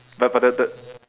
but but the the